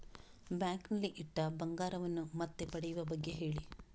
bank ನಲ್ಲಿ ಇಟ್ಟ ಬಂಗಾರವನ್ನು ಮತ್ತೆ ಪಡೆಯುವ ಬಗ್ಗೆ ಹೇಳಿ